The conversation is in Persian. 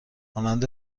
مانند